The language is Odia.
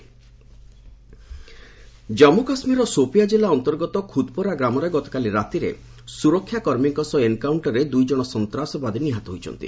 ଜେକେ କିଲ୍ଡ୍ ଜନ୍ମୁ କାଶ୍ମୀରର ସୋପିଆଁ କିଲ୍ଲା ଅନ୍ତର୍ଗତ ଖୁଦପୋରା ଗ୍ରାମରେ ଗତକାଲି ରାତିରେ ସୁରକ୍ଷାକର୍ମୀଙ୍କ ସହ ଏନ୍କାଉଷ୍କରରେ ଦୁଇଜଣ ସନ୍ତାସବାଦୀ ନିହତ ହୋଇଛି